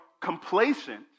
complacent